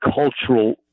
cultural